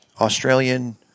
Australian